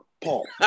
Paul